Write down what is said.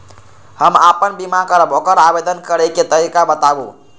हम आपन बीमा करब ओकर आवेदन करै के तरीका बताबु?